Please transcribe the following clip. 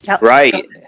right